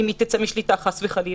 ואם היא תצא משליטה חס וחלילה,